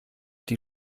die